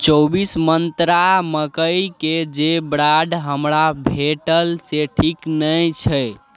चौबीस मंत्रा मकैके जे ब्राण्ड हमरा भेटल से ठीक नहि छै